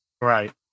Right